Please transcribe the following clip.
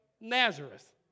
Nazareth